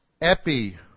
epi-